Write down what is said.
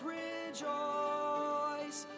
rejoice